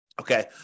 Okay